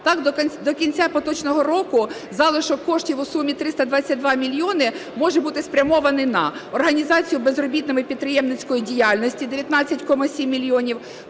Так до кінця поточного року залишок коштів у сумі 322 мільйони може бути спрямований на: організацію безробітними підприємницької діяльності – 19,7 мільйонів,